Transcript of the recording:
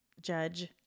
Judge